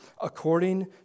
according